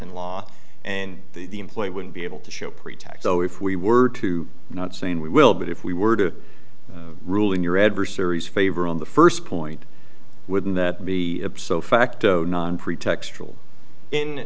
and law and the employer wouldn't be able to show pretax so if we were to not saying we will but if we were to rule in your adversary's favor on the first point wouldn't that be up so facto non pretextual in